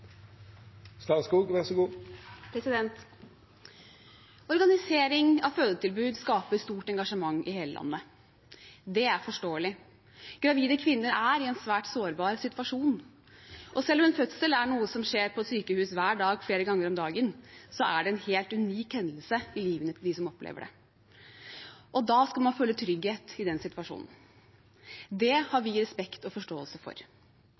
forståelig. Gravide kvinner er i en svært sårbar situasjon, og selv om en fødsel er noe som skjer på et sykehus hver dag, flere ganger om dagen, er det en helt unik hendelse i livet til dem som opplever det. Da skal man føle trygghet i den situasjonen. Det har vi respekt og forståelse for.